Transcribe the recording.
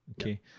Okay